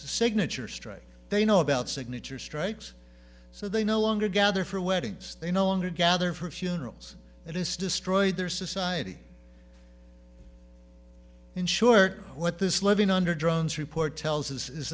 signature strike they know about signature strikes so they no longer gather for weddings they no longer gather for funerals it is destroyed their society insured what this living under drones report tells his is